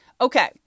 Okay